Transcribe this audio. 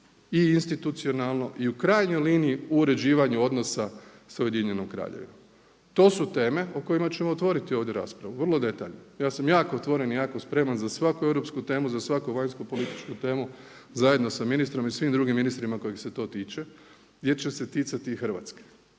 i institucionalno i u krajnjoj liniji u uređivanju odnosa sa Ujedinjenom kraljevinom. To su teme o kojima ćemo otvoriti ovdje raspravu, vrlo detaljnu. Ja sam jako otvoren i jako spreman za svaku europsku temu, za svaku vanjsko političku temu, zajedno sa ministrom i svim drugim ministrima kojih se to tiče jer će se ticati i Hrvatske.